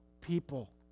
people